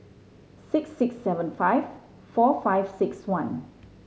six six seven five four five six one